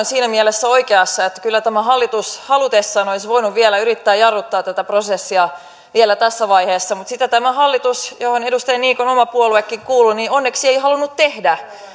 siinä mielessä oikeassa että kyllä tämä hallitus halutessaan olisi voinut yrittää jarruttaa tätä prosessia vielä tässä vaiheessa mutta sitä tämä hallitus johon edustaja niikon oma puoluekin kuuluu onneksi ei halunnut tehdä